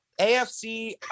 AFC